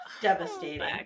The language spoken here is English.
Devastating